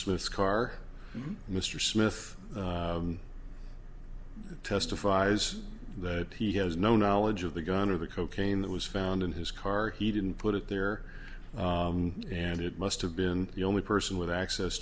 smith's car mr smith testifies that he has no knowledge of the gun or the cocaine that was found in his car he didn't put it there and it must have been the only person with access